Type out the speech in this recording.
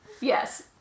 Yes